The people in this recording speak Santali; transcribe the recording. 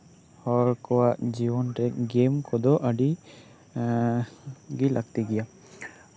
ᱠᱚᱣᱟᱜ ᱡᱤᱭᱚᱱ ᱨᱮ ᱜᱮᱢ ᱠᱚᱫᱚ ᱟᱹᱰᱤ ᱜᱮ ᱞᱟᱹᱠᱛᱤ ᱜᱮᱭᱟ